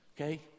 Okay